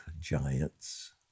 Giants